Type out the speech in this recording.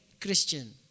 Christian